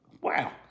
wow